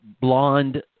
blonde